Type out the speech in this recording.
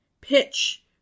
pitch